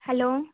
hello